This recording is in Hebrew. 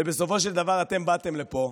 ובסופו של דבר אתם באתם לפה,